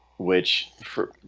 which through